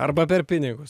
arba per pinigus